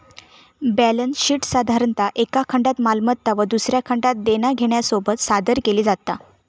balance शीटसाधारणतः एका खंडात मालमत्ता व दुसऱ्या खंडात देना घेण्यासोबत सादर केली जाता